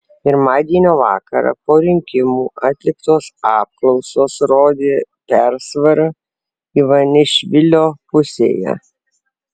pirmadienio vakarą po rinkimų atliktos apklausos rodė persvarą ivanišvilio pusėje